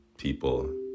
people